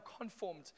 conformed